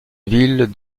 ville